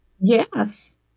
Yes